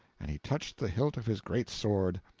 and he touched the hilt of his great sword.